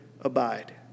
abide